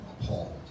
appalled